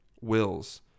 wills